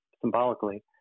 symbolically